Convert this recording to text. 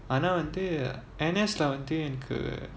ஆனா வந்து:aana vanthu N_S ல வந்து:la vanthu